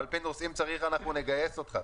אבל, פינדרוס, אם צריך, אנחנו נגייס אותך.